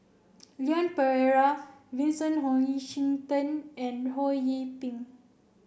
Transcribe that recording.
Leon Perera Vincent Hoisington and Ho Yee Ping